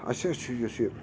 اَسہِ حظ چھِ یُس یہِ